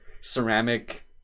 ceramic